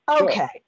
Okay